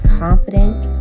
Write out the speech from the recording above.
confidence